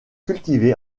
cultivée